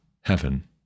heaven